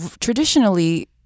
traditionally